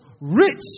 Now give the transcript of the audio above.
rich